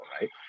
right